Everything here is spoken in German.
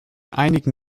einigen